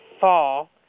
fall